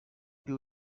peut